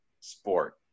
sport